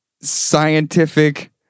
scientific